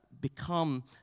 become